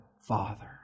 Father